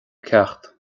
ceacht